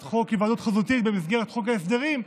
חוק היוועדות חזותית במסגרת חוק ההסדרים,